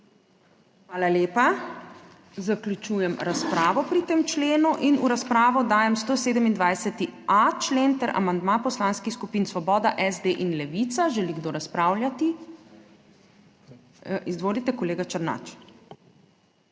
Hvala lepa. Zaključujem razpravo pri tem členu. V razpravo dajem 127.a člen ter amandma poslanskih skupin Svoboda, SD in Levica. Želi kdo razpravljati? Izvolite, kolega Černač.